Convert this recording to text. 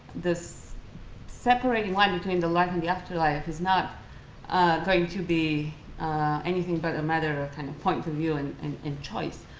this separating one between the life and the afterlife is not going to be anything but a matter of kind of point of view and and and choice.